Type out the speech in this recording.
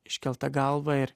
iškelta galva ir